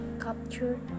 capture